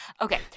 Okay